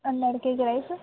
ಒಂದು ಎರ್ಡು K G rice